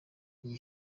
iyi